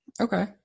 Okay